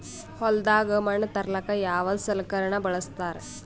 ಹೊಲದಾಗ ಮಣ್ ತರಲಾಕ ಯಾವದ ಸಲಕರಣ ಬಳಸತಾರ?